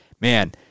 man